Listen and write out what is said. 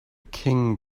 king